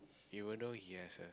even though he has a